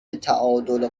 تعادل